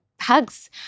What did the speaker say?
hugs